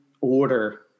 order